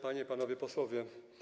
Panie i Panowie Posłowie!